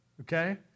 okay